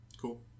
Cool